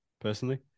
personally